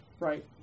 Right